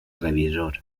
revisor